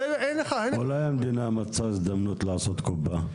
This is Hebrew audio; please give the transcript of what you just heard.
אז אין לך --- אולי המדינה רצתה לעשות קופה?